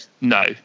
No